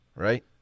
Right